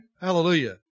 hallelujah